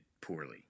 poorly